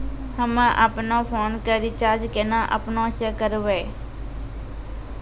हम्मे आपनौ फोन के रीचार्ज केना आपनौ से करवै?